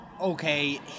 okay